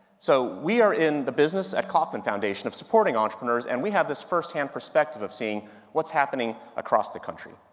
so, we are in the business at kauffman foundation of supporting entrepreneurs, and we have this first hand perspective of seeing what's happening across the country.